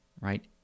right